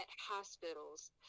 hospitals